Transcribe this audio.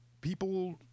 people